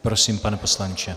Prosím, pane poslanče.